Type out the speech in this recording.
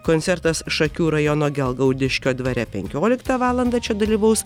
koncertas šakių rajono gelgaudiškio dvare penkioliktą valandą čia dalyvaus